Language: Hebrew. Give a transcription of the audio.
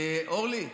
אורלי,